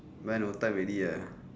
but no time already uh